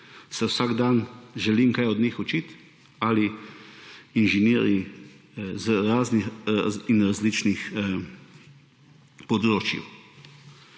se vsak dan želim kaj od njih učiti, ali inženirji z raznih in različnih področij.